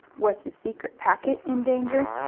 was his secret packet in danger?